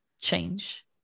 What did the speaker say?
change